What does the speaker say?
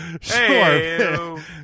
Sure